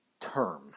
term